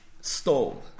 stole